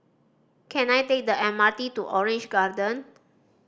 can I take the M R T to Orange Garden